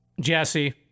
Jesse